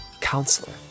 Counselor